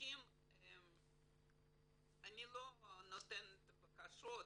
אני לא נותנת הוראות,